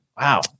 wow